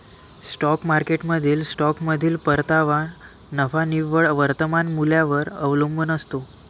stock मार्केटमधील स्टॉकमधील परतावा नफा निव्वळ वर्तमान मूल्यावर अवलंबून असतो